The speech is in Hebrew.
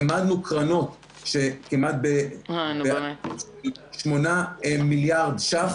העמדנו קרנות של כמעט --- 8 מיליארד שקלים